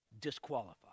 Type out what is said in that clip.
disqualified